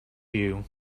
you